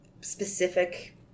specific